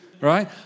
right